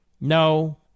No